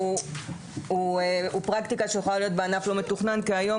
זאת פרקטיקה שיכולה להיות בענף לא מתוכנן כי היום